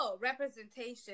representation